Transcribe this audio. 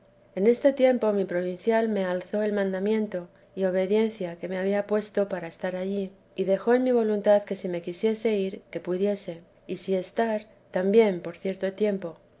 en este tiempo mi provincial me alzó el mandamiento y obediencia que me había puesto para estar allí y dejó en mi voluntad que si me quisiese ir que pudiese y si estar también por cierto tiempo